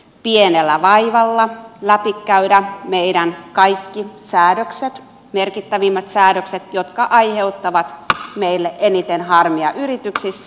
pienellä vaivalla läpikäydään meidän kaikki säädökset merkittävimmät säädökset jotka aiheuttavat meille eniten harmia yrityksissä